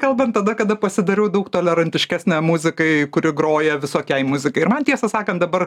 kalbant tada kada pasidariau daug tolerantiškesnė muzikai kuri groja visokiai muzikai ir man tiesą sakan dabar